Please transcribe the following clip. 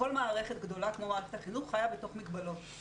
מערכת גדולה כמו מערכת החינוך חיה בתוך מגבלות.